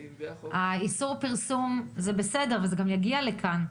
איסור פרסום זה בסדר וזה יגיע לכאן,